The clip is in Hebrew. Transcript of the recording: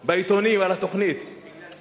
בעיתונים על התוכנית היו לא כל כך טובות.